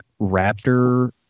raptor